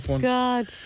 God